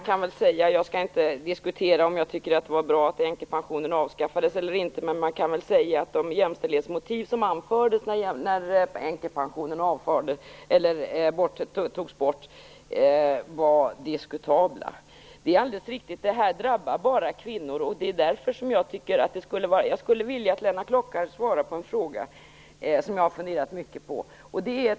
Fru talman! Jag skall inte diskutera om jag tycker att det var bra eller inte att änkepensionen avskaffades. Men man kan väl säga att de jämställdhetsmotiv som anfördes när änkepensionen togs bort var diskutabla. Det är alldeles riktigt - det här drabbar bara kvinnor. Därför skulle jag vilja att Lennart Klockare svarar på en fråga som jag har funderat mycket på.